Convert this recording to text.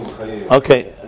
Okay